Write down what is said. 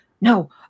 no